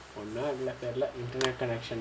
ஒன்னும் ஆகல தெரில:onnum aaga therila internet connection